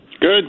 Good